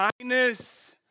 Kindness